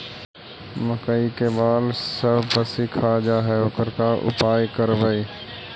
मकइ के बाल सब पशी खा जा है ओकर का उपाय करबै?